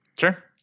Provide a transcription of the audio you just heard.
Sure